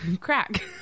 crack